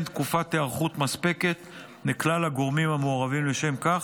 תקופת היערכות מספקת לכלל הגורמים המעורבים לשם כך.